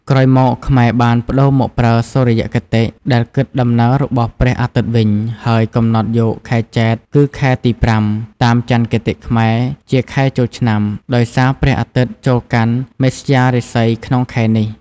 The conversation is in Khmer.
ក្រោយមក ខ្មែរបានប្ដូរមកប្រើ សុរិយគតិ ដែលគិតដំណើររបស់ព្រះអាទិត្យវិញ ហើយកំណត់យក ខែចេត្រ គឺខែទី ៥ តាមចន្ទគតិខ្មែរ ជាខែចូលឆ្នាំ ដោយសារព្រះអាទិត្យចូលកាន់មេស្យារាសីក្នុងខែនេះ។